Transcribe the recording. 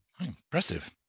Impressive